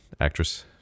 actress